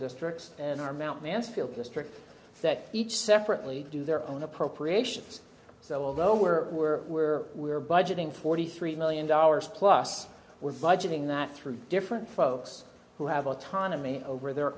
districts and our mt mansfield district that each separately do their own appropriations so although we're we're where we are budgeting forty three million dollars plus we're budgeting that through different folks who have autonomy over the